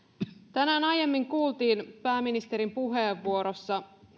tänään aiemmin kuultiin pääministerin puheenvuorossa